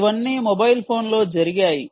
ఇవన్నీ మొబైల్ ఫోన్లో జరిగాయి